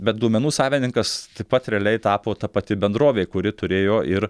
bet duomenų savininkas taip pat realiai tapo ta pati bendrovė kuri turėjo ir